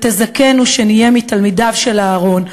ותזכנו שנהיה מתלמידיו של אהרן,